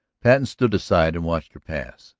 patten stood aside and watched her pass,